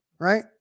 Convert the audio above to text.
right